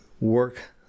work